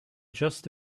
just